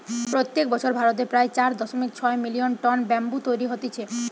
প্রত্যেক বছর ভারতে প্রায় চার দশমিক ছয় মিলিয়ন টন ব্যাম্বু তৈরী হতিছে